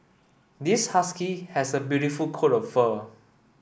this husky has a beautiful coat of fur